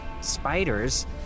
spiders